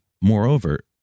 Moreover